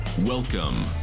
Welcome